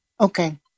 Okay